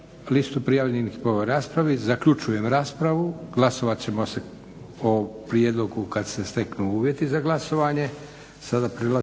listu prijavljenih po raspravi. Zaključujem raspravu. Glasovat ćemo o prijedlogu kad se steknu uvjeti za glasovanje.